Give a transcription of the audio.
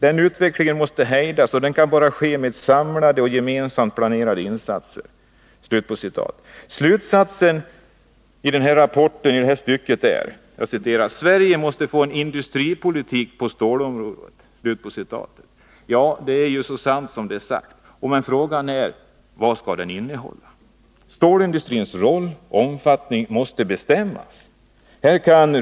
Den utvecklingen måste hejdas, och det kan bara ske med samlade och gemensamt planerade insatser. Slutsatsen i denna rapport är att Sverige måste få en industripolitik på stålområdet. Ja, det är så sant som det är sagt. Men frågan är: Vad skall den innehålla? Stålindustrins roll och omfattning måste bestämmas.